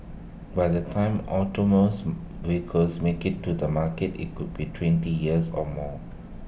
by the time autonomous vehicles make IT to the market IT could be twenty years or more